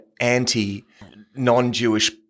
anti-non-Jewish